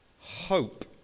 hope